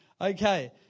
Okay